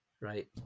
right